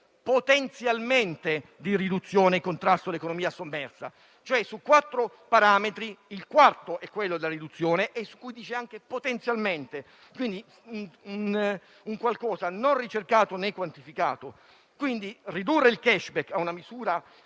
potenzialmente di riduzione e contrasto all'economia sommersa. Su quattro parametri, il quarto è quello della riduzione dell'economia sommersa e si dice anche «potenzialmente»: quindi è qualcosa di non ricercato, né quantificato. Quindi, ridurre il *cashback* a una misura